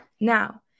Now